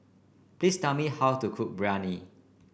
please tell me how to cook Biryani